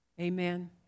Amen